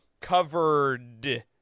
covered